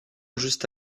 juste